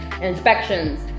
inspections